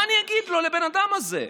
מה אני אגיד לו, לבן אדם הזה?